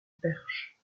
perche